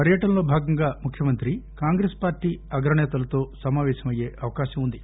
పర్యటనలో భాగంగా ముఖ్యమంత్రి కాంగ్రెస్ పార్టీ అగ్రసేతలతో సమాపేశమయ్యే అవకాశం ఉంది